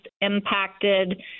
impacted